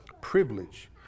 privilege